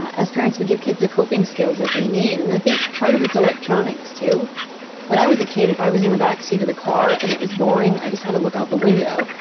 as parents, we give kids the coping skills that they need. and i think part of its electronics, too when i was a kid, if i was in the back seat of the car and it was boring, i just had to look out the window.